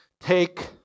take